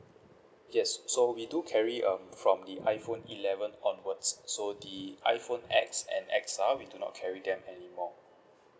yes so we do carry um from the iphone eleven onwards so the iphone X and X_R we do not carry them anymore